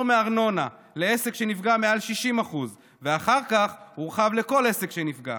מארנונה לעסק שנפגע מעל 60% ואחר כך הורחב לכל עסק שנפגע,